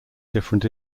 different